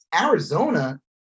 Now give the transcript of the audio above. Arizona